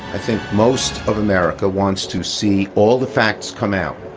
i think most of america wants to see all the facts come out,